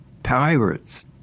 pirates